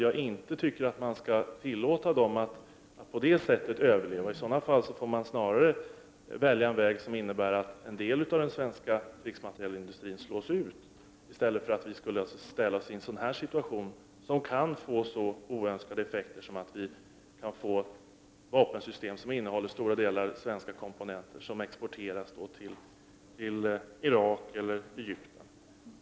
Jag anser inte att man skall tillåta den svenska vapenindustrin att överleva på det sättet. I sådana fall får man snarare välja en väg som innebär att en del av den svenska krigsmaterielindustrin slås ut. Annars kan vi ställas inför en situation med sådana oönskade effekter som att det finns vapensystem med en stor andel svenska komponenter som exporteras till Irak eller Egypten.